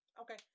Okay